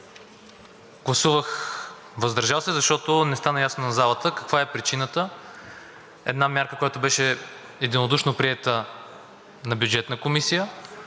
Гласувах „въздържал се“, защото не стана ясно на залата каква е причината една мярка, която беше приета единодушно на Бюджетна комисия,